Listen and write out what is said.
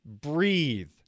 breathe